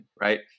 right